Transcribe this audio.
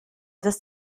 des